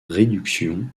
réduction